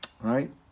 right